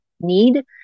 need